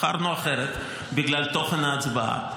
בחרנו אחרת בגלל תוכן ההצבעה.